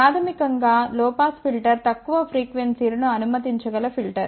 ప్రాథమికం గా లో పాస్ ఫిల్టర్ తక్కువ ఫ్రీక్వెన్సీ ల ను అనుమతించగల ఫిల్టర్